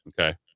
okay